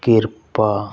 ਕਿਰਪਾ